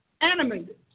animated